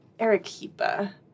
Arequipa